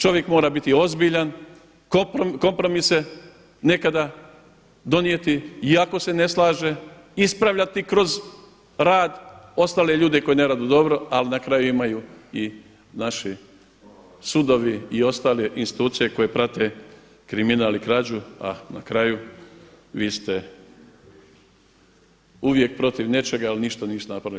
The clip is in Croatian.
Čovjek mora biti ozbiljan, kompromise nekada donijeti i ako se ne slaže ispravljati kroz rad ostale ljude koji ne rade dobro ali na kraju imaju i naši sudovi i ostale institucije koje prate kriminal i krađu a na kraju vi ste uvijek protiv nečega ali ništa niste napravili.